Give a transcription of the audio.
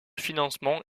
financement